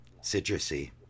citrusy